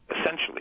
essentially